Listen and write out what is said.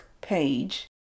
page